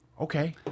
Okay